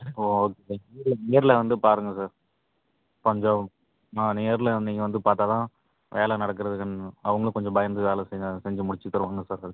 ஓ okay நேரில் வந்து பாருங்கள் சார் கொஞ்சம் ஆ நேரில் நீங்கள் வந்து பார்த்தா தான் வேலை நடக்கிறது அவர்களும் கொஞ்சம் பயந்து வேலை செஞ்சால் செஞ்சு முடிச்சுத் தருவாங்க சார் அதுக்குதான்